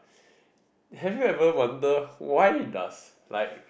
have you ever wonder why does like